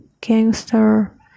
gangster